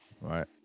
Right